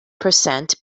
percent